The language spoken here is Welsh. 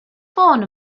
ffôn